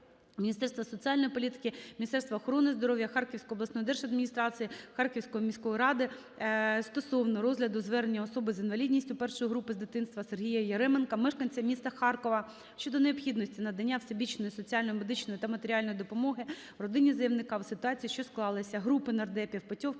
Міністерства соціальної політики, Міністерства охорони здоров'я, Харківської обласної держадміністрації, Харківської міської ради стосовно розгляду звернення особи з інвалідністю першої групи з дитинства Сергія Яременка, мешканця міста Харкова щодо необхідності надання всебічної соціальної, медичної та матеріальної допомоги родині заявника у ситуації, що склалася. Групи нардепів (Петьовки,